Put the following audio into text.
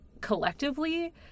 collectively